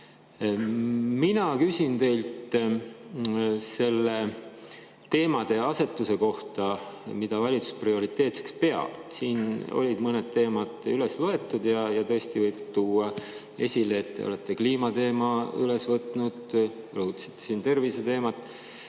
Mina küsin teilt selle teemaasetuse kohta, mida valitsus prioriteetseks peab. Siin said mõned teemad üles loetud. Tõesti võib tuua esile, et te olete kliimateema üles võtnud, rõhutasite siin terviseteemat,